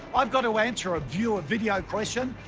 i've got to answer a viewer video question,